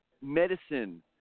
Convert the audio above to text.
medicine